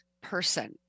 person